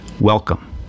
Welcome